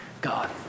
God